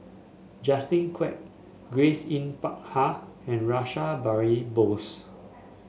Justin Quek Grace Yin Peck Ha and Rash Behari Bose